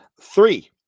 Three